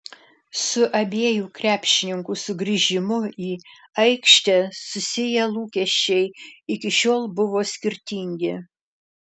su abiejų krepšininkų sugrįžimu į aikštę susiję lūkesčiai iki šiol buvo skirtingi